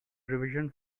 revision